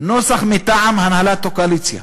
נוסח מטעם הנהלת הקואליציה.